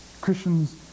Christians